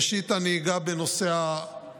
ראשית, אני אגע בנושא המחסומים.